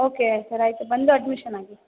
okay sir ಆಯಿತು ಬಂದು ಅಡ್ಮಿಶನಾಗಿ